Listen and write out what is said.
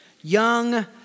young